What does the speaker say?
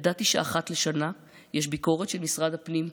ידעתי שאחת לשנה יש ביקורת של משרד הפנים,